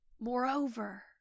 Moreover